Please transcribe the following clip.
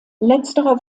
letzterer